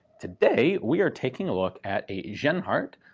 today we are taking a look at a genhart.